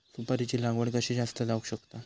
सुपारीची लागवड कशी जास्त जावक शकता?